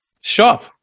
shop